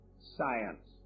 science